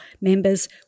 members